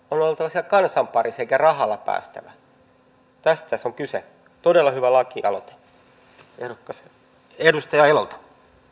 oltava siellä kansan parissa eikä pidä rahalla päästä tästä tässä on kyse todella hyvä lakialoite edustaja elolta